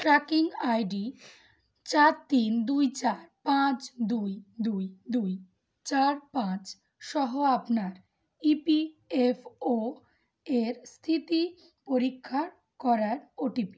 tracking ID চার তিন দুই চার পাঁচ দুই দুই দুই চার পাঁচ সহ আপনার ই পি এফ ও এর স্থিতি পরীক্ষা করার ওটিপি